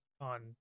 on